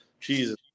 Jesus